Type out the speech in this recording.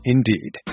Indeed